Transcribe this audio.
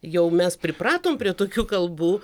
jau mes pripratom prie tokių kalbų